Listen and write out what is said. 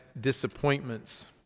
disappointments